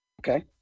Okay